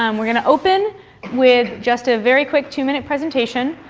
um we're going to open with just a very quick two minute presentation